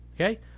Okay